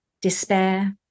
Despair